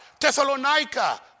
Thessalonica